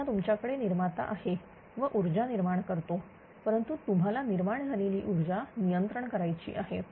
आता तुमच्याकडे निर्माता आहे व ऊर्जा निर्माण करतो परंतु तुम्हाला निर्माण झालेली ऊर्जा नियंत्रण करायची आहे